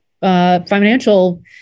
Financial